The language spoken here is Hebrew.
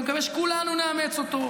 אני מקווה שכולנו נאמץ אותו.